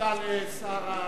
תודה לשר המשפטים.